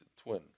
twin